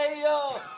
and you